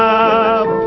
up